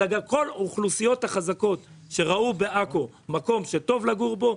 אלא כל אוכלוסייה חזקה שראתה בעכו מקום שטוב לגור בו,